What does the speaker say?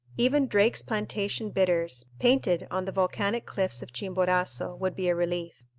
even drake's plantation bitters, painted on the volcanic cliffs of chimborazo, would be a relief.